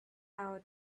out